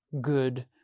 good